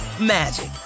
magic